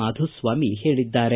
ಮಾಧುಸ್ವಾಮಿ ಹೇಳಿದ್ದಾರೆ